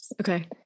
Okay